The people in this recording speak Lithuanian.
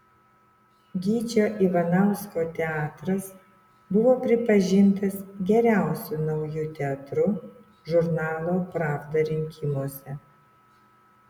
gyčio ivanausko teatras buvo pripažintas geriausiu nauju teatru žurnalo pravda rinkimuose